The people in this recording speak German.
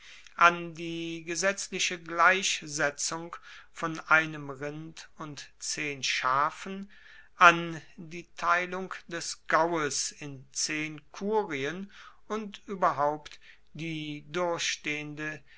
an die gesetzliche gleichsetzung von einem rind und zehn schafen an die teilung des gaues in zehn kurien und ueberhaupt die durchstehende